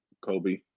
Kobe